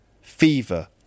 fever